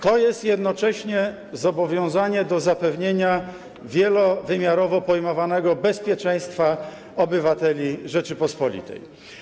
To jest jednocześnie zobowiązanie do zapewnienia wielowymiarowo pojmowanego bezpieczeństwa obywateli Rzeczypospolitej.